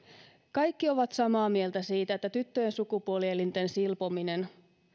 kaikki ovat samaa mieltä siitä että tyttöjen sukupuolielinten silpominen